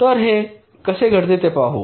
तर हे कसे घडते ते पाहू